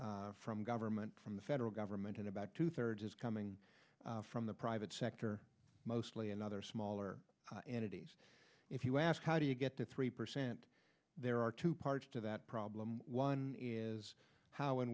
from government from the federal government and about two thirds is coming from the private sector mostly another smaller entities if you ask how do you get to three percent there are two parts to that problem one is how